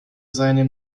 seine